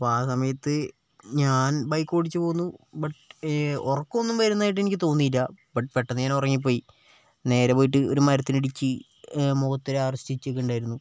അപ്പ ആ സമയത്ത് ഞാൻ ബൈക്ക് ഓടിച്ചു പോന്നു ബട്ട് ഉറക്കമൊന്നും വരുന്നതായിട്ട് എനിക്ക് തോന്നിയില്ല ബട്ട് പെട്ടെന്ന് ഞാൻ ഉറങ്ങിപ്പോയി നേരെ പോയിട്ട് ഒരു മരത്തിൽ ഇടിച്ച് മുഖത്ത് ഒരു ആറ് സ്റ്റിച്ചൊക്കെ ഉണ്ടായിരുന്നു